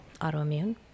Autoimmune